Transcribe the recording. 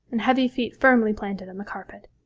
and heavy feet firmly planted on the carpet.